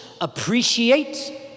appreciate